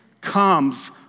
comes